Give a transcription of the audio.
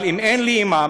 אבל אם אין לי אימאם,